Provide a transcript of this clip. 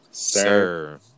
Sir